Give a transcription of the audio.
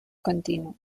continu